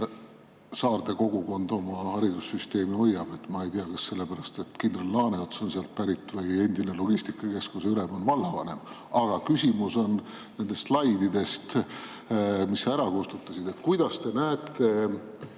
Saarde kogukond oma haridussüsteemi hoiab. Ma ei tea, kas sellepärast, et kindral Laaneots on sealt pärit või et endine logistikakeskuse ülem on vallavanem. Aga küsimus on nende slaidide kohta, mis te ära kustutasite. Kuidas te näete